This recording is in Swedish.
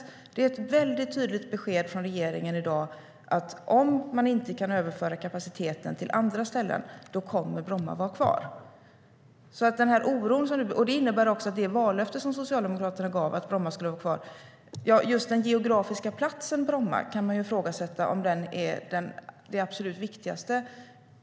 Det är ett mycket tydligt besked från regeringen i dag att om man inte kan överföra kapaciteten till andra ställen kommer Bromma att vara kvar. Det innebär också att det vallöfte som Socialdemokraterna gav om att Bromma skulle vara kvar fortfarande gäller. Men man kan ifrågasätta om just den geografiska platsen Bromma är det absolut viktigaste.